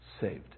saved